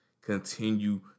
Continue